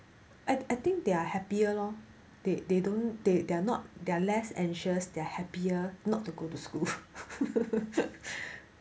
I I think they are happier lor they they don't they they're not they're less anxious they are happier not to go to school